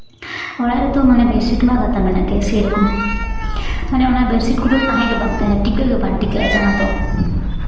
ᱚᱲᱟᱜ ᱨᱮᱛᱚ ᱢᱟᱱᱮ ᱵᱮᱰᱥᱤᱴ ᱢᱟ ᱜᱟᱫᱟ ᱢᱮᱱᱟᱜ ᱜᱮ ᱥᱮᱭ ᱨᱚᱠᱚᱢ ᱢᱟᱱᱮ ᱚᱱᱟ ᱵᱮᱰᱥᱤᱴ ᱠᱚᱫᱚ ᱛᱟᱦᱮᱸ ᱜᱮ ᱵᱟᱝ ᱛᱟᱦᱮᱱᱟ ᱴᱤᱠᱟᱹ ᱜᱮᱵᱟᱝ ᱴᱤᱠᱟᱹᱜᱼᱟ ᱡᱟᱦᱟᱸ ᱫᱚ